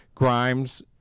Grimes